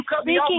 speaking